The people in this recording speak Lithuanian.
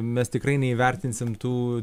mes tikrai neįvertinsim tų